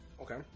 Okay